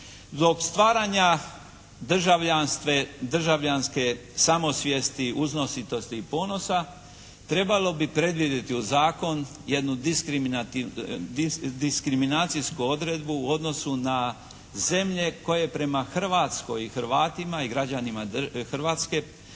Zbog stvaranja državljanske samosvijesti, uznositosti i ponosa, trebalo bi predvidjeti u zakon jednu diskriminacijsku odredbu u odnosu na zemlje koje prema Hrvatskoj i Hrvatima i građanima Hrvatske